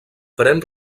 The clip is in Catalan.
pren